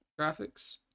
graphics